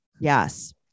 yes